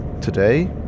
today